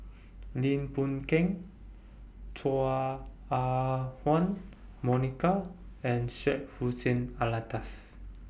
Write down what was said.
Lim Boon Keng Chua Ah Huwa Monica and Syed Hussein Alatas